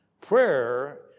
Prayer